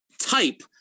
type